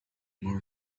more